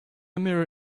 mirror